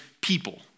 people